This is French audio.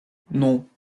non